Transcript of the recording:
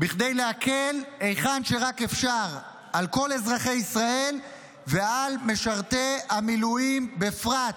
כדי להקל היכן שרק אפשר על כל אזרחי ישראל ועל משרתי המילואים בפרט.